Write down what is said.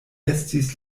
estis